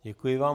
Děkuji vám.